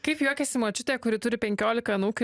kaip juokiasi močiutė kuri turi penkiolika anūkių